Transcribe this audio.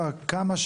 מה,